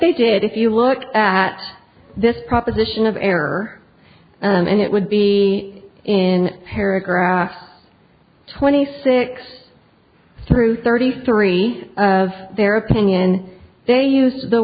they did if you look at this proposition of error and it would be in paragraph twenty six through thirty three of their opinion they used the